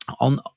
on